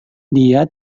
dia